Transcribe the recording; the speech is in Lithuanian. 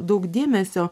daug dėmesio